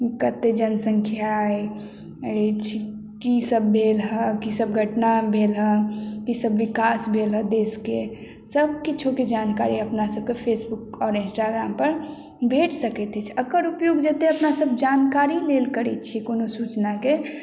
कतेक जनसंख्या अछि की सब भेल हँ की सब घटना भेल हँ की सब विकास भेल हँ देशके सब किछुके जानकारी अपना सबके फेसबुक आओर इंस्टाग्राम पर भेट सकैत अछि एकर उपयोग जते अपना सब जानकारी लेल करैत छी कओनो सूचनाके